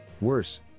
Worse